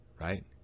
right